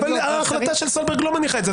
שרים --- ההחלטה של סולברג לא מניחה את זה.